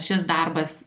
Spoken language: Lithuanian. šis darbas